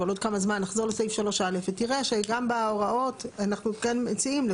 אבל עוד כמה זמן נחזור לסעיף 3א ותראה שגם בהוראות אנחנו כן מציעים,